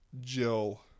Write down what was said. Jill